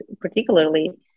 particularly